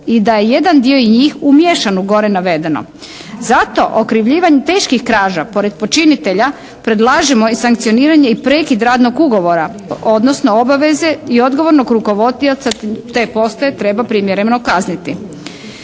I da je jedan dio i njih umiješan u gore navedeno. Zato okrivljivanje teških krađa pored počinitelja predlažemo i sankcioniranje i prekid radnog ugovora odnosno obaveze i odgovornog rukovodioca te postaje treba primjereno kazniti.